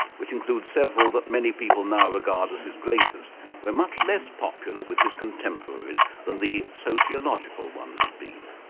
which include several that many people now regard as his greatest, were much less popular with his contemporaries than the sociological ones had been.